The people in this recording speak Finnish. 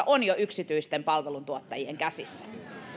on jo yksityisten palveluntuottajien käsissä